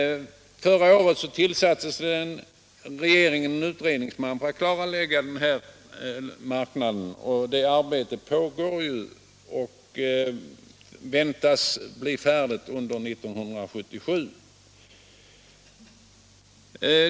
Förra året tillsatte regeringen en utredningsman för att klarlägga läromedelsmarknaden. Det arbetet pågår och väntas bli färdigt under 1977.